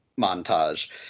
montage